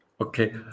Okay